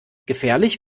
gefährlich